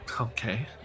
Okay